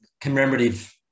commemorative